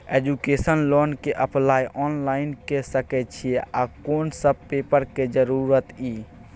Education loan के apply online के सके छिए आ कोन सब पेपर के जरूरत इ?